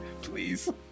Please